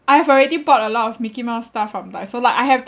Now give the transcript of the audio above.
I have already bought a lot of mickey mouse stuff from Daiso like I have